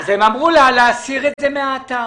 הם אמרו להם להסיר את זה מהאתר.